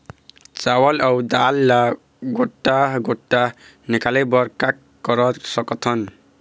चावल अऊ दाल ला गोटा गोटा निकाले बर का कर सकथन?